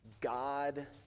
God